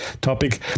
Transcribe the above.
topic